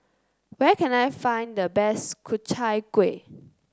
where can I find the best Ku Chai Kuih